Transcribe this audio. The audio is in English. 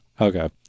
Okay